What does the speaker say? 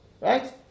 right